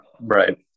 right